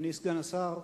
אדוני סגן השר,